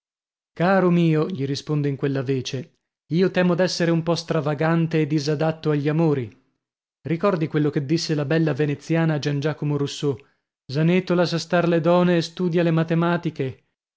caro mio gli rispondo in quella vece io temo d'essere un po stravagante e disadatto agli amori ricordi quello che disse la bella veneziana a gian giacomo rousseau zaneto lassa star le done e studia le matematiche